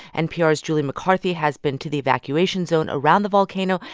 npr's julie mccarthy has been to the evacuation zone around the volcano,